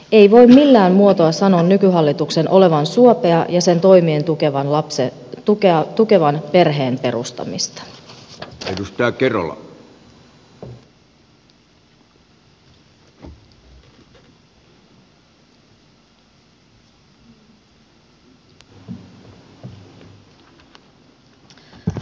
ei voi millään muotoa sanoa nykyhallituksen olevan suopea ja sen toimien tukevan perheen perustamista